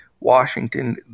Washington